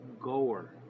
goer